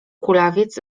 kulawiec